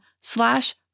slash